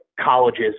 colleges